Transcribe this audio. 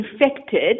infected